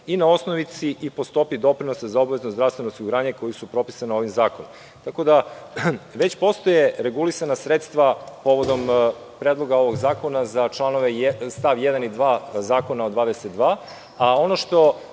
i na osnovici i po stopi doprinosa za obavezno zdravstveno osiguranje koji su propisani ovim zakonom. Tako da, već postoje regulisana sredstva povodom Predloga ovog zakona za st. 1. i 2. člana